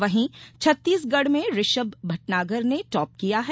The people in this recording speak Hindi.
वहीं छत्तीगढ़ में ऋषभ भटनागर ने टॉप किया है